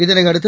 இதனையடுத்து